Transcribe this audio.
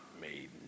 made